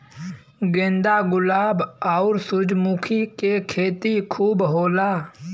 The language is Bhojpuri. गेंदा गुलाब आउर सूरजमुखी के खेती खूब होला